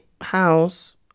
house